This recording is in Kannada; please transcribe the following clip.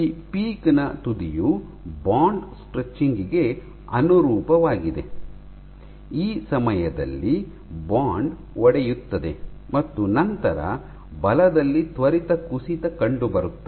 ಈ ಪೀಕ್ ನ ತುದಿಯು ಬಾಂಡ್ ಸ್ಟ್ರೆಚಿಂಗ್ ಗೆ ಅನುರೂಪವಾಗಿದೆ ಈ ಸಮಯದಲ್ಲಿ ಬಾಂಡ್ ಒಡೆಯುತ್ತದೆ ಮತ್ತು ನಂತರ ಬಲದಲ್ಲಿ ತ್ವರಿತ ಕುಸಿತ ಕಂಡುಬರುತ್ತದೆ